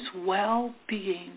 well-being